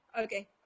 Okay